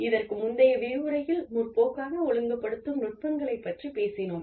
இதற்கு முந்தைய விரிவுரையில் முற்போக்கான ஒழுங்குபடுத்தும் நுட்பங்களைப் பற்றிப் பேசினோம்